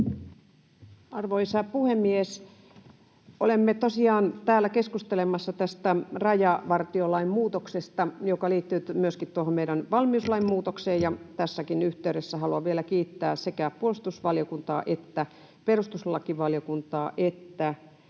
Arvoisa puhemies! Olemme tosiaan täällä keskustelemassa tästä rajavartiolain muutoksesta, joka liittyy myöskin meidän valmiuslain muutokseen. Tässäkin yhteydessä haluan vielä kiittää sekä puolustusvaliokuntaa että perustuslakivaliokuntaa ja